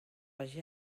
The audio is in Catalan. vagi